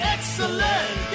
Excellent